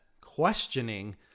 questioning